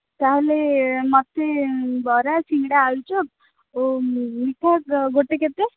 ତା'ହେଲେ ମୋତେ ବରା ସିଙ୍ଗଡ଼ା ଆଳୁଚପ ଓ ମିଠା ଗୋଟେ କେତେ